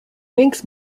links